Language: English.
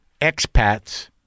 expats